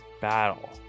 battle